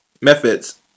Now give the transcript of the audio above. methods